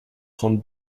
trente